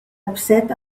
upset